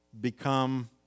become